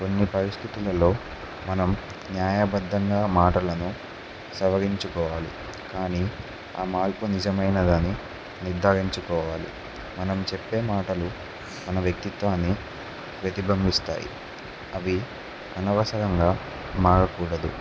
కొన్ని పరిస్థితులలో మనం న్యాబద్ధంగా మాటలను సవరించుకోవాలి కానీ ఆ మార్పు నిజమైనదాని నిర్ధారించుకోవాలి మనం చెప్పే మాటలు మన వ్యక్తిత్వాన్ని ప్రతిబంబిస్తాయి అవి అనవసరంగా మారకూడదు